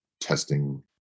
testing